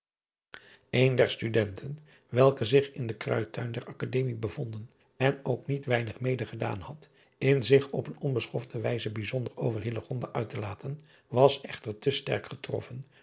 en der tudenten welke zich in den ruidtuin der kademie bevonden en ook niet weinig mede gedaan had in zich op eene onbeschofte wijze bijzonder over uit te laten was echter te sterk getroffen